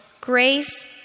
grace